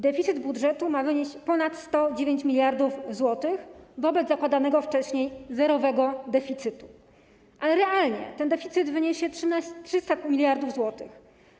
Deficyt budżetu ma wynieść ponad 109 mld zł wobec zakładanego wcześniej zerowego deficytu, ale realnie ten deficyt wyniesie 300 mld zł.